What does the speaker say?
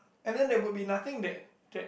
and then there would be nothing that that